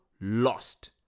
lost